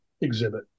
exhibit